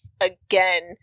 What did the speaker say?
again